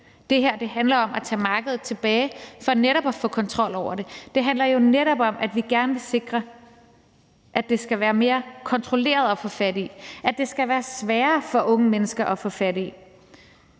det her handler om at tage markedet tilbage for netop at få kontrol over det. Det handler jo netop om, at vi gerne vil sikre, at det skal være mere kontrolleret at få fat i, at det skal være sværere for unge mennesker at få fat i.